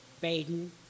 Baden